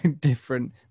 different